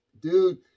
Dude